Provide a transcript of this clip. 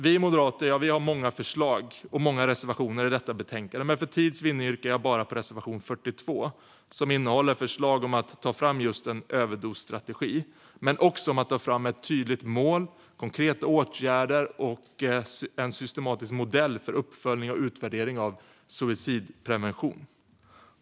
Vi moderater har många förslag och många reservationer i detta betänkande, men för tids vinning yrkar jag bifall enbart till reservation 42 som innehåller förslag om att ta fram just en överdosstrategi men också om att ta fram ett tydligt mål, konkreta åtgärder och en systematisk modell för uppföljning och utvärdering av suicidprevention.